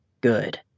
Good